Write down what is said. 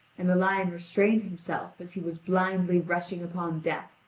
and the lion restrained himself as he was blindly rushing upon death,